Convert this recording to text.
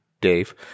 Dave